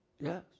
yes